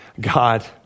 God